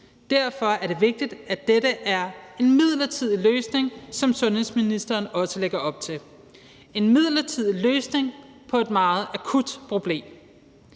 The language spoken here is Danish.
Derfor er det vigtigt, at dette er en midlertidig løsning, hvilket sundhedsministeren også lægger op til – en midlertidig løsning på et meget akut problem.